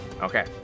Okay